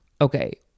Okay